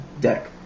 deck